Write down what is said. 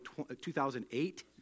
2008